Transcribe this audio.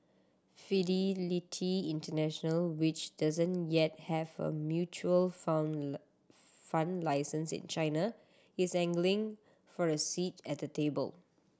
Fidelity International which doesn't yet have a mutual fund fund license in China is angling for a seat at the table